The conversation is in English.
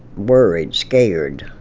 worried, scared.